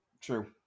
True